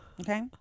Okay